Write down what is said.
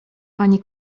panie